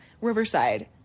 Riverside